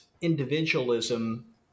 individualism